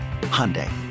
Hyundai